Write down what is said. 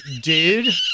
dude